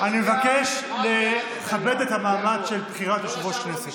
אני מבקש לכבד את המעמד של בחירת יושב-ראש הכנסת.